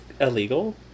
illegal